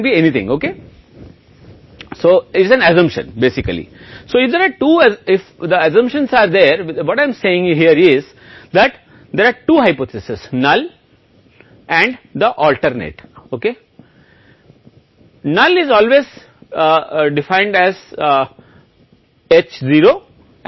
परिकल्पना में 2 प्रकार की परिकल्पनाएं हैं जो एक धारणा मूल रूप से है यहाँ कहना है कि वहाँ 2 परिकल्पना अशक्त परिकल्पना और विकल्प परिकल्पना हैं